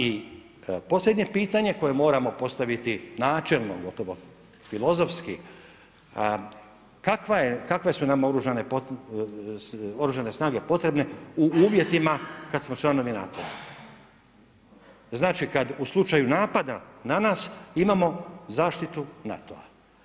I posljednje pitanje koje moramo postaviti načelno gotovo filozofski, kakva su nam oružane snage potrebne u uvjetima kada smo članovi NATO-a, znači kada u slučaju napada na nas imamo zaštitu NATO-a?